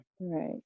right